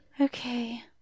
okay